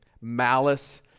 malice